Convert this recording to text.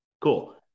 Cool